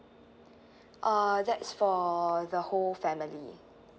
uh that's for the whole family